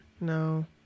No